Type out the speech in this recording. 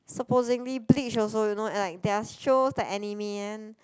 supposingly Bleach also you know like there are shows like anime one